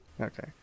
Okay